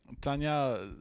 Tanya